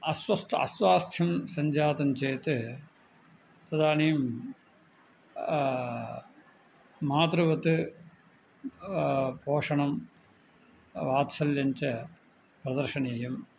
अस्वास्थ्यम् अस्वास्थ्यं सञ्जातं चेत् तदानीं मातृवत् पोषणं वात्सल्यं च प्रदर्शनीयम्